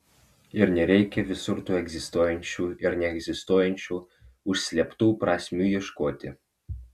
ir nereikia visur tų egzistuojančių ir neegzistuojančių užslėptų prasmių ieškoti